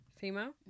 female